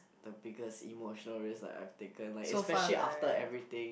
the biggest emotional risk like I've taken like especially after everything